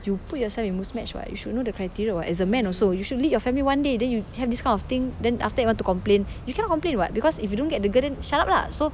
you put yourself in Muzmatch [what] you should know the criteria [what] as a man also you should lead your family one day then you have this kind of thing then after that want to complain you cannot complain [what] because if you don't get the girl then shut up lah so